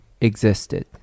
existed